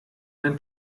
ein